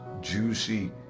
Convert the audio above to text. juicy